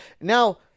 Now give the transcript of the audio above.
Now